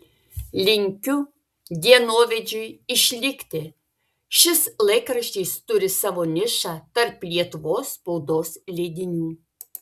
linkiu dienovidžiui išlikti šis laikraštis turi savo nišą tarp lietuvos spaudos leidinių